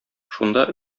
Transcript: шунда